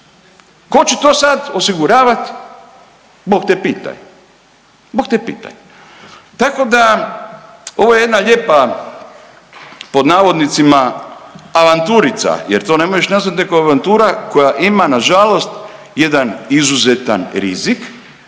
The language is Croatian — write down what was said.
Tko će to sada osiguravati? Bog te pitaj, Bog te pitaj. Tako da ovo je jedna lijepa pod navodnicima avanturica, jer to ne možeš nazvati nego avantura koja ima na žalost jedan izuzetan rizik.